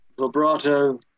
vibrato